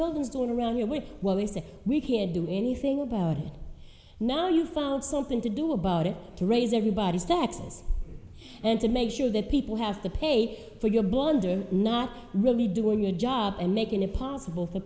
buildings do around here which well they say we can't do anything about it now you found something to do about it to raise everybody's taxes and to make sure that people have to pay for your blunder not really doing your job and making it possible for